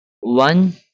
One